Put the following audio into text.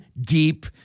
deep